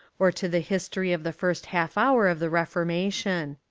or to the history of the first half hour of the reformation.